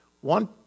One